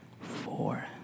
four